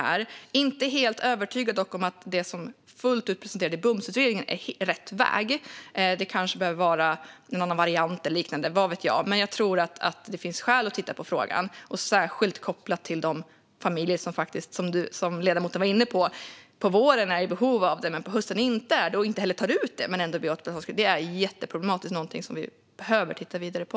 Jag är dock inte helt övertygad om att det som presenteras i BUMS-utredningen fullt ut är rätt väg. Det kanske behöver vara en annan variant eller liknande - vad vet jag. Men jag tror att det finns skäl att titta på frågan, särskilt kopplat till de familjer som, som ledamoten var inne på, är i behov av bostadsbidrag på våren men inte på hösten, då de inte heller tar ut det men ändå blir återbetalningsskyldiga. Detta är jätteproblematiskt och något som vi behöver titta vidare på.